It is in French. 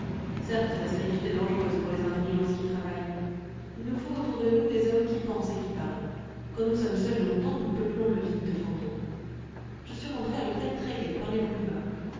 certes la solitude est dangereuse pour les intelligences qui travaillent il nous faut autour de nous des hommes qui pensent et qui parlent quand nous sommes seuls longtemps nous peuplons le vide de fantômes je suis rentré à l'hôtel très gai par les boulevards